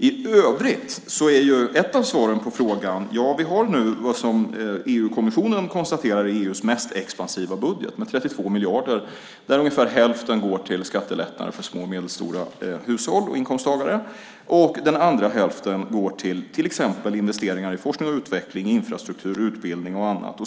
I övrigt är ett av svaren på frågan att vi nu har vad EU-kommissionen konstaterar är EU:s mest expansiva budget med 32 miljarder där ungefär hälften går till skattelättnader för små och medelstora hushåll och inkomsttagare och den andra hälften går till exempelvis investeringar i forskning och utveckling, infrastruktur, utbildning och annat.